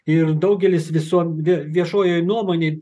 ir daugelis visuo vi viešojoj nuomonėj